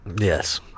Yes